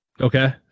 Okay